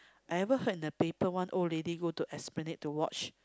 I ever heard in the paper one old lady go to Esplanade to watch